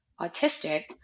autistic